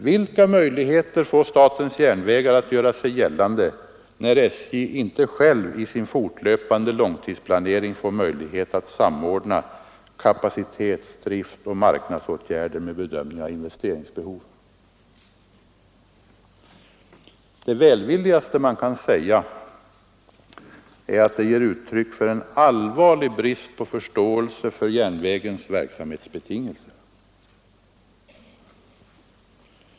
Vilka möjligheter får statens järnvägar att göra sig gällande när SJ inte självt i sin fortlöpande långtidsplanering får möjlighet att samordna kapacitets-, driftsoch marknadsåtgärder med bedömning av investeringsbehovet? Det välvilligaste man kan säga är att det ger uttryck för en allvarlig brist på förståelse för järnvägsverksamhetens betingelser.